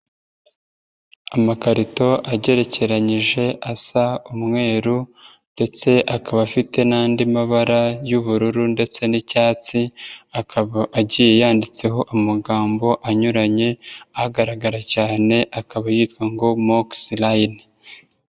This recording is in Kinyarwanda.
Amakarito agerekeranyije asa umweru ndetse akaba afite n'andi mabara y'ubururu ndetse n'icyatsi, akaba agiye yanditseho amagambo anyuranye agaragara cyane akaba yitwa ngo Moxyline.